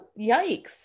yikes